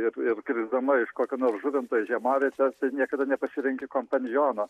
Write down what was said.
ir ir krisdama iš kokio nors žuvinto į žiemavietę tai niekada nepasirenki kompaniono